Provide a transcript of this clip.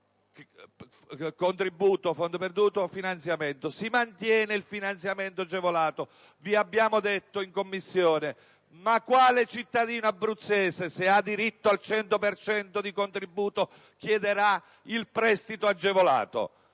contributo a fondo perduto per il finanziamento. Ora si mantiene il finanziamento agevolato, ma - vi abbiamo chiesto in Commissione - quale cittadino abruzzese, se ha diritto al 100 per cento di contributo, chiederà il prestito agevolato?